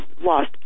lost